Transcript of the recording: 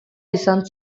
izan